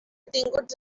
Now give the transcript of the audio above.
tinguts